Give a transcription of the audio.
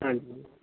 ਹਾਂਜੀ